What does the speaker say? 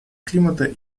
климата